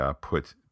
put